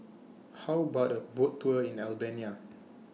How about A Boat Tour in Albania